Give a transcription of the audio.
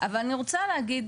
כי לא הייתה חקיקה.